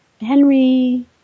Henry